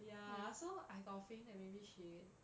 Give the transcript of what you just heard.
ya so I got the feeling that maybe she